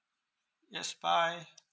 yes bye